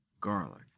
garlic